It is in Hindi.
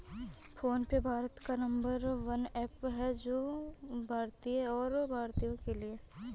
फोन पे भारत का नंबर वन ऐप है जो की भारतीय है और भारतीयों के लिए है